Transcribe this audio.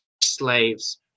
slaves